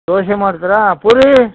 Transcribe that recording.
ದೊಸೇ ಮಾಡ್ತಿರಾ ಪೂರಿ